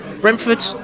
Brentford